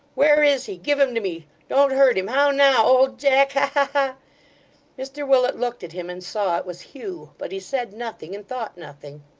where is he? give him to me. don't hurt him. how now, old jack! ha ha ha mr willet looked at him, and saw it was hugh but he said nothing, and thought nothing.